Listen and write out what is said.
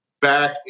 back